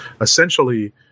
essentially